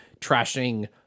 trashing